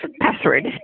password